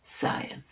science